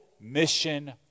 Mission